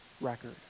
record